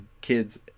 kids